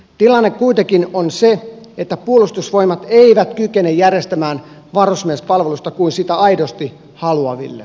tilanne kuitenkin on se että puolustusvoimat ei kykene järjestämään varusmiespalvelusta kuin sitä aidosti haluaville